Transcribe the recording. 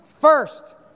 first